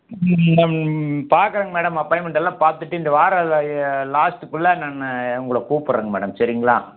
ம் பார்க்குறேங்க மேடம் அப்பாயின்மென்ட்டெல்லாம் பார்த்துட்டு இந்த வாரம் லாஸ்ட்டுக்குள்ள நான் உங்களை கூப்புடுறேங்க மேடம் சரிங்களா